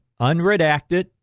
unredacted